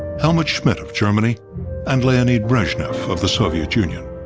helmut schmidt of germany and leonid brezhnev of the soviet union.